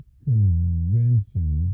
convention